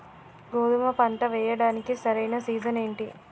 గోధుమపంట వేయడానికి సరైన సీజన్ ఏంటి?